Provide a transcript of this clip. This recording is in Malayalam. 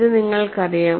ഇത് നിങ്ങൾക്കറിയാം